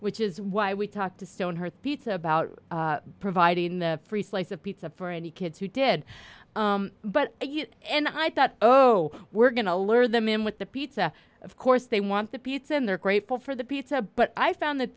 which is why we talked to stone her piece about providing the free slice of pizza for any kids who did but you and i thought oh we're going to learn them in with the pizza of course they want the pizza and they're grateful for the pizza but i found that